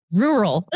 rural